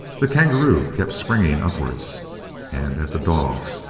the kangaroo kept springing upwards and at the dogs,